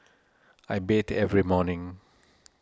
I bathe every morning